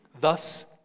Thus